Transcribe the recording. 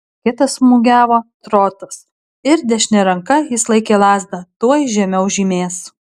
kitas smūgiavo trotas ir dešine ranka jis laikė lazdą tuoj žemiau žymės